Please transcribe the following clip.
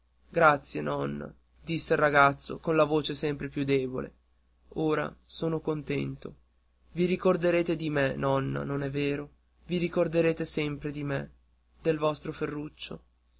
grazie nonna disse il ragazzo con la voce sempre più debole ora sono contento i ricorderete di me nonna non è vero vi ricorderete sempre di me del vostro ferruccio